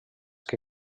que